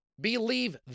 believe